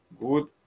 good